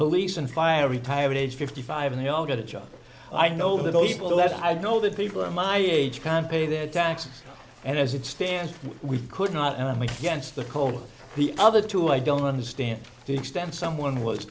police and fire retired at age fifty five and they all get a job i know those people that i know that people are my age can pay their taxes and as it stands we could not and i mean yes the call the other two i don't understand the extent someone was